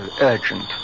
urgent